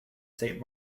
saint